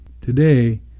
today